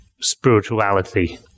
spirituality